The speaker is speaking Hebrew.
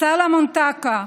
סלומון טקה,